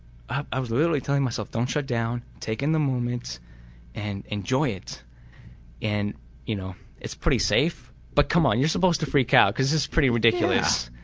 i was literally telling myself don't shut down, take in the moment and enjoy it and you know it's pretty safe, but come on your supposed to freak out cause its pretty ridiculous.